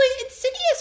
Insidious